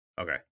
Okay